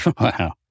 Wow